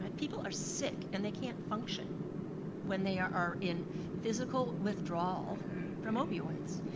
like people are sick and they can't function when they are in physical withdrawal from opioids.